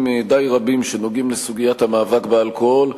די רבים שנוגעים בסוגיית המאבק באלכוהול.